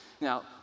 Now